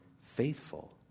faithful